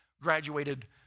graduated